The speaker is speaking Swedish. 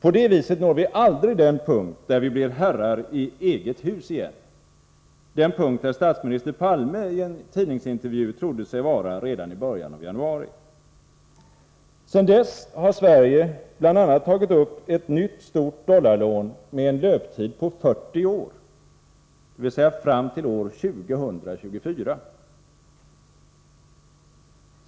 På det viset når vi aldrig den punkt, där vi blir herrar i eget hus igen — den punkt där statsminister Palme i en tidningsintervju trodde sig vara redan i början av januari. Sedan dess har Sverige bl.a. tagit upp ett nytt stort dollarlån med en löptid på 40 år, dvs. fram till år 2024.